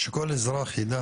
אלא שכל אזרח יידע